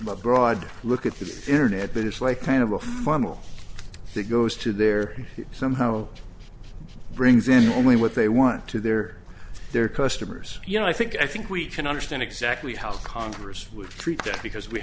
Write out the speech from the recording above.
a broad look at the internet but it's like kind of a funnel that goes to there somehow brings in only what they want to their their customers you know i think i think we can understand exactly how congress would treat that because we